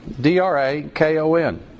D-R-A-K-O-N